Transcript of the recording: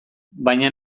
baina